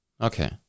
Okay